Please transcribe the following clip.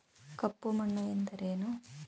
ಕಪ್ಪು ಮಣ್ಣು ಎಂದರೇನು?